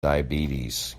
diabetes